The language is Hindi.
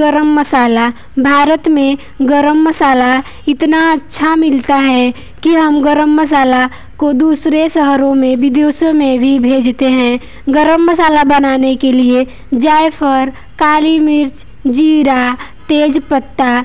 गर्म मसाला भारत में गर्म मसाला इतना अच्छा मिलता है कि हम गर्म मसाला को दूसरे शहरो में भी विदेशों में भी भेजते हैं गर्म मसाला बनाने के लिए जायफ़ल काली मिर्च ज़ीरा तेजपत्ता